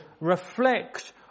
reflect